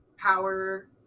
power